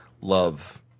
love